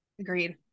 Agreed